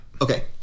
Okay